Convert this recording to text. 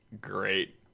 great